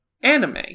anime